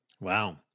Wow